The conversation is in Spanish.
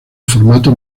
formatos